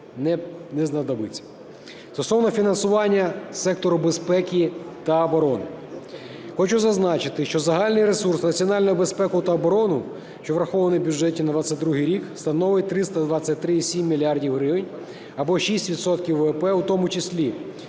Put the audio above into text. не знадобиться. Стосовно фінансування сектору безпеки та оборони. Хочу зазначити, що загальний ресурс на національну безпеку та оборону, що врахований в бюджеті на 22-й рік, становить 323,7 мільярда гривень або 6 відсотків ВВП, у тому числі